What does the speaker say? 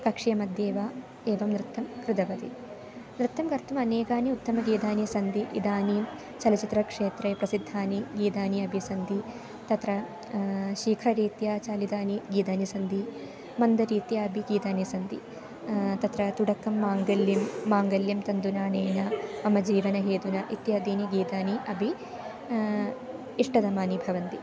कक्षा मध्ये वा एवं नृत्तं कृतवती नृत्तं कर्तुम् अनेकानि उत्तमगीतानि सन्ति इदानीं चलच्चित्रक्षेत्रे प्रसिद्धानि गीतानि अपि सन्ति तत्र शीघ्ररीत्या चालितानि गीतानि सन्दि मन्दरीत्या अबि गीतानि सन्ति तत्र तुडकं माङ्गल्यं माङ्गल्यं तन्दुनानेन मम जीवन हेतुना इत्यादीनि गीतानि अपि इष्टतमानि भवन्ति